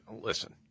listen